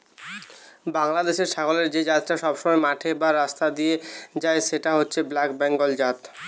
বাংলাদেশের ছাগলের যে জাতটা সবসময় মাঠে বা রাস্তা দিয়ে যায় সেটা হচ্ছে ব্ল্যাক বেঙ্গল জাত